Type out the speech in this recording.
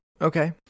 okay